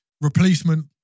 replacement